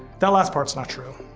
that last part's not true.